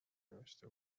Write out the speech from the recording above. نوشته